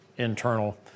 internal